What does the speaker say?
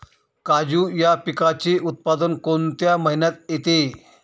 काजू या पिकाचे उत्पादन कोणत्या महिन्यात येते?